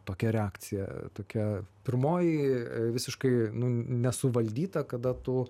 tokia reakcija tokia pirmoji visiškai nesuvaldyta kada tu